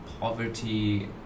poverty